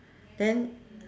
then